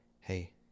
hey